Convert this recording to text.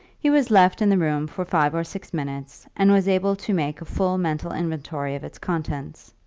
he was left in the room for five or six minutes, and was able to make a full mental inventory of its contents.